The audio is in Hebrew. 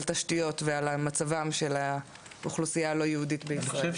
על תשתיות ועל מצבם של האוכלוסייה הלא יהודית בישראל.